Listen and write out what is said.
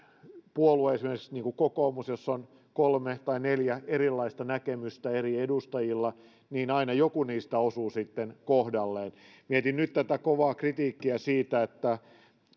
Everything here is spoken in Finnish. puolueessa esimerkiksi kokoomuksessa on kolme tai neljä erilaista näkemystä eri edustajilla niin aina joku niistä osuu sitten kohdalleen mietin nyt tätä kovaa kritiikkiä